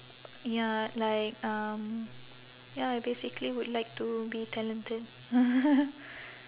ya like um ya basically would like to be talented